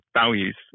values